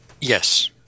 Yes